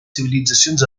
civilitzacions